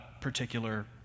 particular